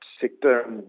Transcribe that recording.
sector